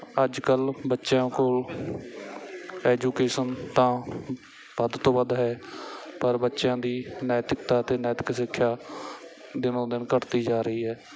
ਅੱਜ ਕੱਲ੍ਹ ਬੱਚਿਆਂ ਕੋਲ ਐਜੂਕੇਸ਼ਨ ਤਾਂ ਵੱਧ ਤੋਂ ਵੱਧ ਹੈ ਪਰ ਬੱਚਿਆਂ ਦੀ ਨੈਤਿਕਤਾ ਅਤੇ ਨੈਤਿਕ ਸਿੱਖਿਆ ਦਿਨੋਂ ਦਿਨ ਘੱਟਦੀ ਜਾ ਰਹੀ ਹੈ